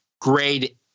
grade